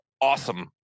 awesome